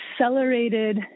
accelerated